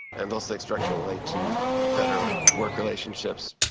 and those things directly relate to better work relationships,